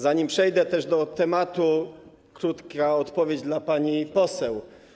Zanim przejdę też do tematu, krótka odpowiedź dla pani poseł.